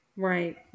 Right